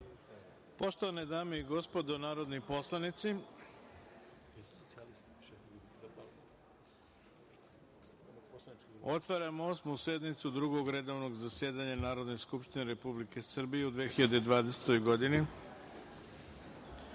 Poštovane dame i gospodo narodni poslanici, otvaram Osmu sednicu Drugog redovnog zasedanja Narodne skupštine Republike Srbije u 2020. godini. Pošto